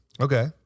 okay